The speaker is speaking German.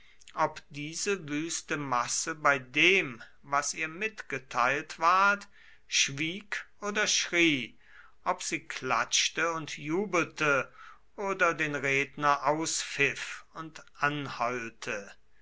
ob diese wüste masse bei dem was ihr mitgeteilt ward schwieg oder schrie ob sie klatschte und jubelte oder den redner auspfiff und anheulte